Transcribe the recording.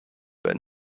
but